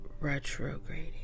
retrograding